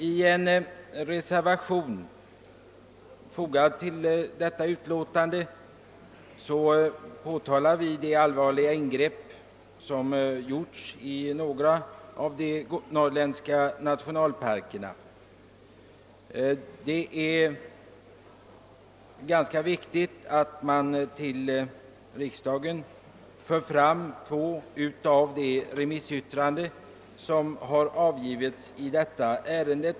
I reservation, fogad till detta utlåtande, påtalar vi de allvarliga ingrepp som gjorts i några av de norrländska nationalparkerna. Jag finner det ganska viktigt att här i riksdagen erinra om två av de remissyttranden som har avgivits i detta ärende.